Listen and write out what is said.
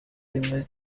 rimwe